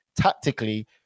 tactically